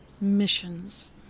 missions